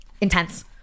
intense